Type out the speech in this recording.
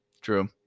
True